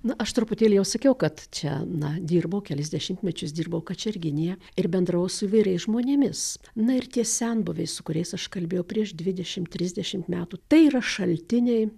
na aš truputėlį jau sakiau kad čia na dirbau kelis dešimtmečius dirbau kačerginėje ir bendravau su įvairiais žmonėmis na ir tie senbuviai su kuriais aš kalbėjau prieš dvidešim trisdešimt metų tai yra šaltiniai